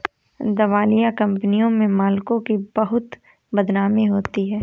दिवालिया कंपनियों के मालिकों की बहुत बदनामी होती है